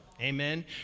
Amen